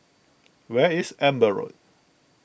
where is Amber Road